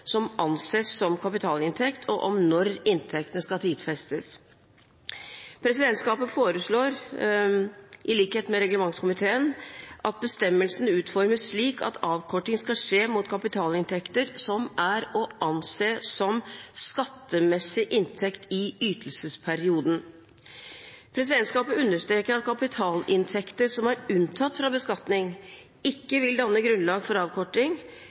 som anses som kapitalinntekt, og om når inntektene skal tidfestes. Presidentskapet foreslår, i likhet med reglementskomiteen, at bestemmelsen utformes slik at avkorting skal skje mot kapitalinntekter som er å anse som skattemessig inntekt i ytelsesperioden. Presidentskapet understreker at kapitalinntekter som er unntatt fra beskatning, ikke vil danne grunnlag for avkorting